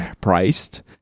priced